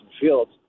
Fields